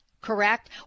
correct